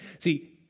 See